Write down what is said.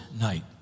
night